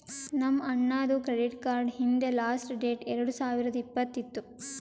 ನಮ್ ಅಣ್ಣಾದು credit card ಹಿಂದ್ ಲಾಸ್ಟ್ ಡೇಟ್ ಎರಡು ಸಾವಿರದ್ ಇಪ್ಪತ್ತ್ ಇತ್ತು